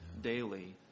daily